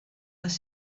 les